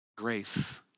grace